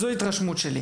וזו ההתרשמות שלי.